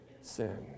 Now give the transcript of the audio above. sin